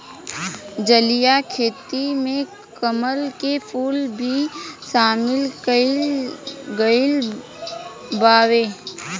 जलीय खेती में कमल के फूल के भी शामिल कईल गइल बावे